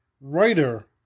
writer